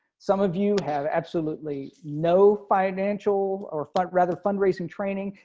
some of you have absolutely no financial or rather fundraising training.